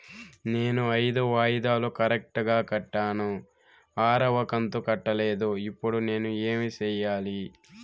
నేను ఐదు వాయిదాలు కరెక్టు గా కట్టాను, ఆరవ కంతు కట్టలేదు, ఇప్పుడు నేను ఏమి సెయ్యాలి?